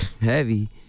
heavy